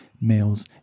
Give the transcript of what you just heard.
males